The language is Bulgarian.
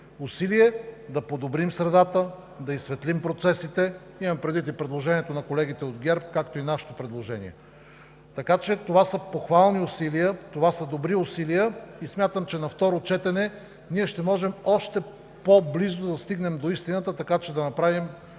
усилие да подобрим средата, да изсветлим процесите, имам предвид и предложението на колегите от ГЕРБ, както и нашето предложение. Така че това са похвални усилия, това са добри усилия и смятам, че на второ четене ние ще можем още по-близо да стигнем до истината, така че да направим